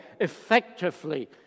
effectively